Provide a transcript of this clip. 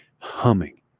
humming